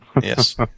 Yes